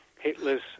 Hitler's